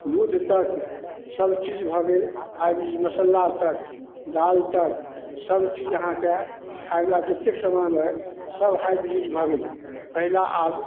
दूध तक सबचीज भऽ गेल हाइब्रिड मसल्ला तक दालि तक सबचीज अहाँके खाइवला जतेक समान अइ सब हाइब्रिड भऽ गेलै अइले आब